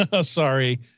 Sorry